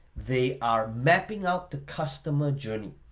they are mapping out the customer journey.